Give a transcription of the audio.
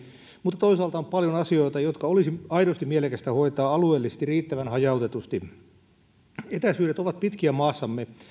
mutta toisaalta on paljon asioita jotka olisi aidosti mielekästä hoitaa alueellisesti riittävän hajautetusti etäisyydet ovat pitkiä maassamme